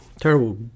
Terrible